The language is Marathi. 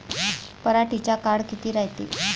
पराटीचा काळ किती रायते?